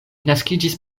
naskiĝis